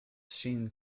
ŝin